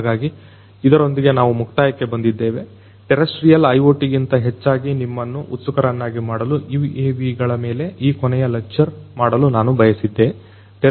ಹಾಗಾಗಿ ಇದರೊಂದಿಗೆ ನಾವು ಮುಕ್ತಾಯಕ್ಕೆ ಬಂದಿದ್ದೇವೆ ಟೆರೆಸ್ರ್ಟಿಯಲ್ IoTಗಿಂತ ಹೆಚ್ಚಾಗಿ ನಿಮ್ಮನ್ನು ಉತ್ಸುಕರನ್ನಾಗಿ ಮಾಡಲು UAVಗಳ ಮೇಲೆ ಈ ಕೊನೆಯ ಲೆಕ್ಚರ್ ಮಾಡಲು ನಾನು ಬಯಸಿದ್ದೆ